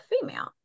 female